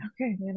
Okay